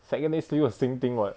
second day still the same thing [what]